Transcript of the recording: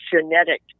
genetic